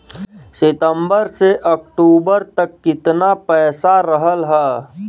सितंबर से अक्टूबर तक कितना पैसा रहल ह?